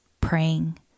praying